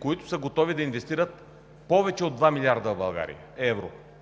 които са готови да инвестират в България повече